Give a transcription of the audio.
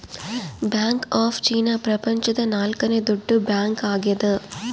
bank of China ಪ್ರಪಂಚದ ನಾಲ್ಕನೆ ದೊಡ್ಡ ಬ್ಯಾಂಕ್ ಆಗ್ಯದ